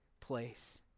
place